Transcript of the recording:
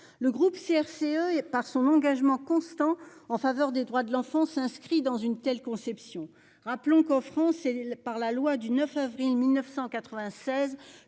Le groupe CRCE et par son engagement constant en faveur des droits de l'enfant s'inscrit dans une telle conception. Rappelons qu'en France et par la loi du 9 avril 1996